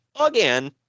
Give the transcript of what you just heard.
again